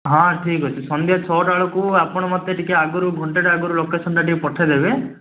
ହଁ ଠିକ୍ ଅଛି ସନ୍ଧ୍ୟା ଛଅଟା ବେଳକୁ ଆପଣ ମୋତେ ଟିକେ ଆଗରୁ ଘଣ୍ଟାଟେ ଆଗରୁ ଲୋକେସନ୍ଟା ଟିକେ ପଠାଇଦେବେ